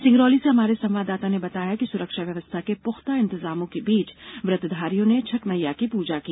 सिंगरौली से हमारे संवाददाता ने बताया है कि सुरक्षा व्यवस्था के पुख्ता इंतजामों के बीच व्रतधारियों ने छठ मैया की पूजा की